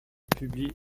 publie